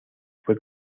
fue